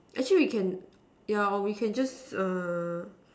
actually we can yeah or we can just err